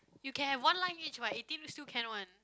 you can have one line each what eighteen still can one